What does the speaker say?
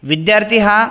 विद्यार्थी हा